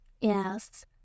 Yes